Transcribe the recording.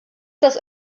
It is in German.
das